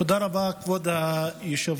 תודה רבה, כבוד היושב-ראש.